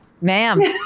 Ma'am